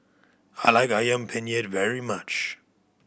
I like Ayam Penyet very much